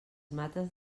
mates